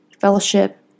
fellowship